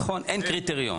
נכון, אין קריטריון.